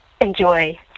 enjoy